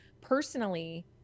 Personally